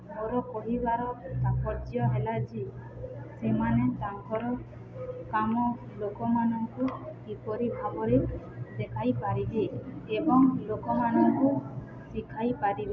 ମୋର କହିବାର ତାତ୍ପର୍ଯ୍ୟ ହେଲା ଯେ ସେମାନେ ତାଙ୍କର କାମ ଲୋକମାନଙ୍କୁ କିପରି ଭାବରେ ଦେଖାଇ ପାରିବେ ଏବଂ ଲୋକମାନଙ୍କୁ ଶିଖାଇ ପାରିବେ